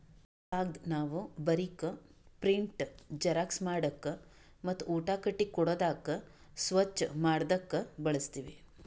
ಕಾಗದ್ ನಾವ್ ಬರೀಕ್, ಪ್ರಿಂಟ್, ಜೆರಾಕ್ಸ್ ಮಾಡಕ್ ಮತ್ತ್ ಊಟ ಕಟ್ಟಿ ಕೊಡಾದಕ್ ಸ್ವಚ್ಚ್ ಮಾಡದಕ್ ಬಳಸ್ತೀವಿ